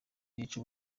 yica